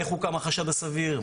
איך הוקם החשד הסביר?